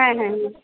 হ্যাঁ হ্যাঁ